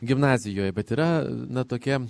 gimnazijoj bet yra na tokia